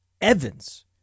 Evans